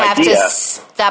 idea that